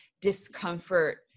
discomfort